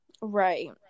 Right